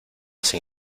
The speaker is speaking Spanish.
sin